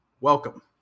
welcome